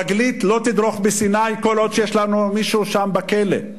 רגלי לא תדרוך בסיני כל עוד יש לנו מישהו שם בכלא.